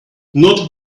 not